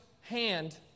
hand